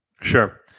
Sure